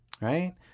Right